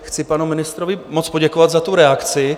Chci panu ministrovi moc poděkovat za tu reakci.